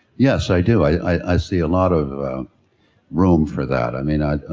yes, i do. i i see a lot of room for that i mean i, ah